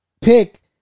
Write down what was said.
pick